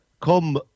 Come